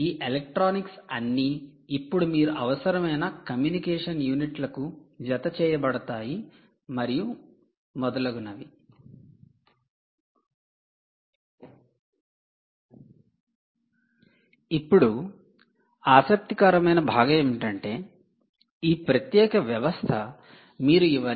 ఈ ఎలక్ట్రానిక్స్ అన్నీ ఇప్పుడు అవసరమైన కమ్యూనికేషన్ యూనిట్లకు జతచేయబడతాయి మరియు మొదలగునవి